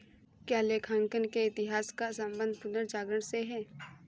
क्या लेखांकन के इतिहास का संबंध पुनर्जागरण से है?